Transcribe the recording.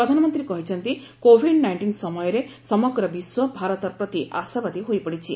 ପ୍ରଧାନମନ୍ତ୍ରୀ କହିଛନ୍ତି covid nineteen ସମୟରେ ସମଗ୍ର ବିଶ୍ୱ ଭାରତ ପ୍ରତି ଆଶାବାଦୀ ହୋଇପଡ଼ିଛି